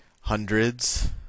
hundreds